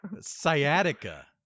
sciatica